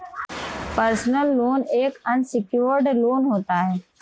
personal loan एक unsecured loan होता है